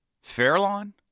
Fairlawn